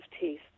teeth